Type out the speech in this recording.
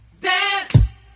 Dance